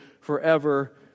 forever